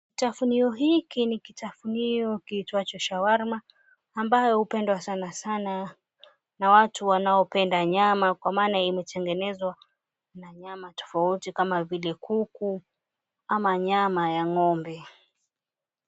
Kitafunio hiki ni kitafunio kiitwacho shawarma, ambayo upendo sana sana na watu wanaopenda nyama. Kwa maana imetengenezwa na nyama tofauti kama vile kuku ama nyama ya ng'ombe.